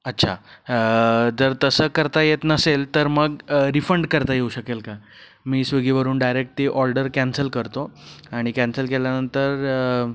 अच्छा जर तसं करता येत नसेल तर मग रिफंड करता येऊ शकेल का मी स्विगीवरून डायरेक्ट ती ऑर्डर कॅन्सल करतो आणि कॅन्सल केल्यानंतर